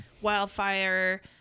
wildfire